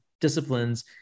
disciplines